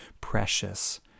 precious